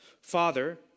Father